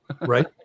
right